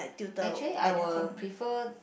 actually I will prefer